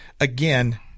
again